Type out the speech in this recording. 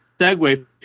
segue